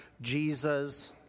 Jesus